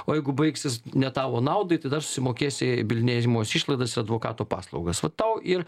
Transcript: o jeigu baigsis ne tavo naudai tai dar susimokėsi bylinėjimosi išlaidas ir advokato paslaugas va tau ir